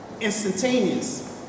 instantaneous